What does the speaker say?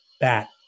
bat